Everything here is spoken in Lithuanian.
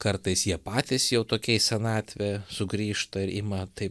kartais jie patys jau tokie į senatvę sugrįžta ir ima taip